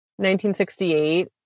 1968